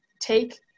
take